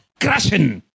Crashing